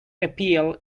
appeal